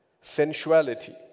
sensuality